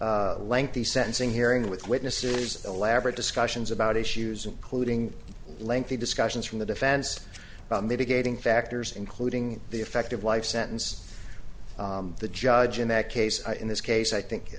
lengthy lengthy sentencing hearing with witnesses elaborate discussions about issues including lengthy discussions from the defense mitigating factors including the effect of life sentence the judge in that case in this case i think